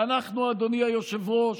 ואנחנו, אדוני היושב-ראש,